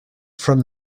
from